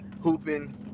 hooping